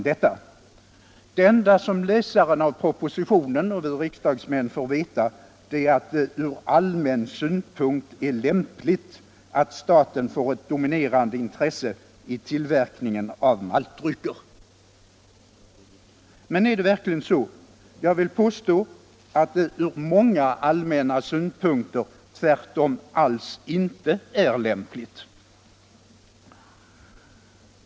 Det enda som läsaren av propositionen och riksdagsmännen får veta är att det från allmän synpunkt är lämpligt att staten har ett dominerande intresse i tillverkningen av maltdrycker. Men är det verkligen så? Jag vill påstå att det från många allmänna synpunkter tvärtom alls inte är lämpligt.